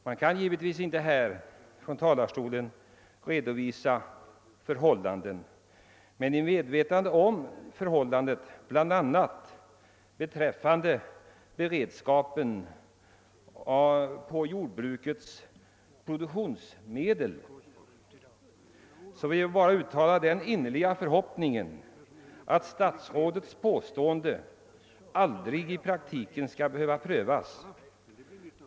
Jag kan givetvis inte härifrån talarstolen redovisa detaljer, men i medvetande om förhållandet bl.a. beträffande beredskapen i fråga om jordbrukets produktionsmedel vill jag uttrycka den innerliga förhoppningen, att statsrådets påstående aldrig i praktiken skall behöva prövas.